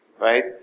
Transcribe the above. right